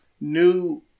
new